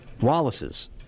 Wallace's